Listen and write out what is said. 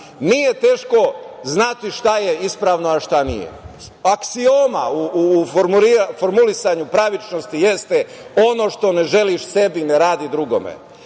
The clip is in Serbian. Nije teško znati šta je ispravno a šta nije. Aksioma u formulisanju pravičnosti jeste – ono što ne želiš sebi, ne radi drugome.